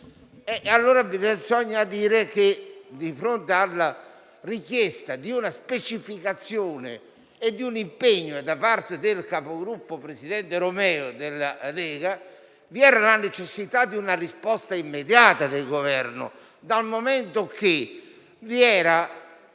esame. Bisogna dire che, di fronte alla richiesta di una specificazione e di un impegno da parte del Capogruppo della Lega, presidente Romeo, vi era la necessità di una risposta immediata del Governo, dal momento che non vi era